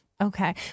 Okay